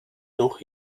noch